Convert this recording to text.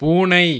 பூனை